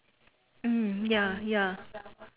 mm ya ya